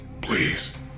Please